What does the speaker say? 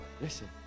Listen